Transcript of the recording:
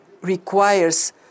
requires